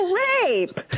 rape